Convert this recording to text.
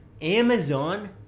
Amazon